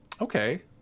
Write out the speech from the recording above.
okay